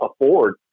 afford